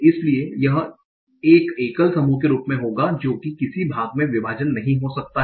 इसलिए यह एक एकल समूह के रूप में होगा जो कि किसी भाग मे विभाजन नहीं हो सकता है